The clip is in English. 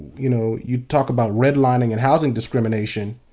you know, you talk about redlining and housing discrimination.